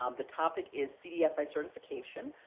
um the topic is cdfi certification.